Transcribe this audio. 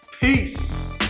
Peace